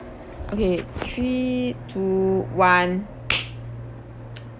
okay three two one